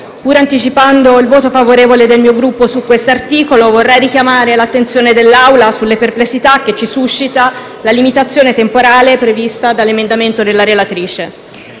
pur anticipando il voto favorevole del mio Gruppo su questo articolo, vorrei richiamare l'attenzione dell'Assemblea sulle perplessità che ci suscita la limitazione temporale prevista dall'emendamento della relatrice.